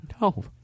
No